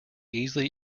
easily